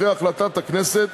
אחרי החלטת הכנסת,